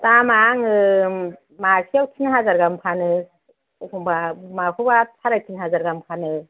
दामआ आङो मासेयाव थिन हाजार गाहाम फानो एखनबा माखौबा साराय तिन हाजार गाहाम फानो